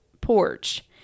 porch